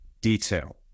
detail